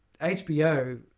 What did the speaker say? HBO